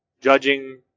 judging